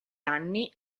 anni